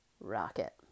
rocket